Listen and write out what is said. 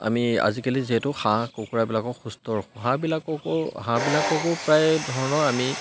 আমি আজিকালি যিহেতু হাঁহ কুকুৰাবিলাকক সুস্থ হাঁহবিলাককো হাঁহবিলাককো প্ৰায় ধৰণৰ আমি